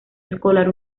escolar